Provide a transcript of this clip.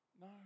No